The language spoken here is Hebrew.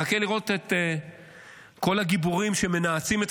מחכה לראות את כל הגיבורים שמנאצים את